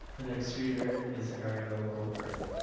the next reader is arielle goldberg.